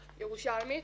ירושלמית,